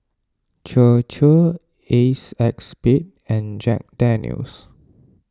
Chir Chir Acexspade and Jack Daniel's